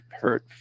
hurt